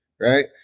right